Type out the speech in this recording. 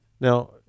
Now